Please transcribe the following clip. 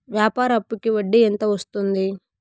వ్యాపార అప్పుకి వడ్డీ ఎంత వస్తుంది?